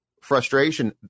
frustration